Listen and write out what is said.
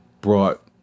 Brought